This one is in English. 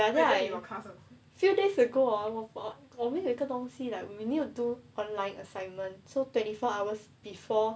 ya then I few days ago hor 我我我没有一个东西 like 我没有做完 assignment so twenty four hours before